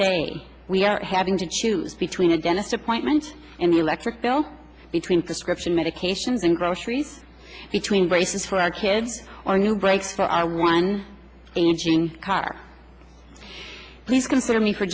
day we are having to choose between a dentist appointment in the electric bill between prescription medications and groceries between braces for our kids or new brakes for our one aging car please consider me for